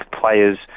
players